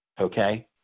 Okay